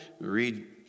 read